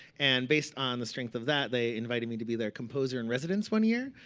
and based on the strength of that, they invited me to be their composer in residence one year.